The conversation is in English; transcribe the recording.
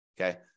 Okay